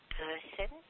person